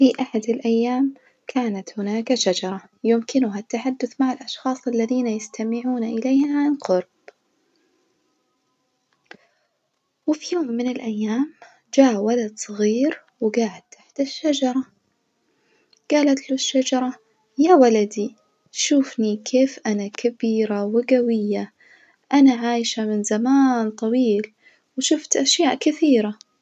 في أحد الأيام كانت هناك شجرة يمكنها التحدث مع الأشخاص الذين يستمعون إليها عن قرب، وفي يوم من الأيام جاء ولد صغير وجاعد تحت الشجرة جالت له الشجرة يا ولدي شوفني كيف أنا كبيرة وجوية أنا عايشة من زمان طويل وشوفت أشياء كثيرة.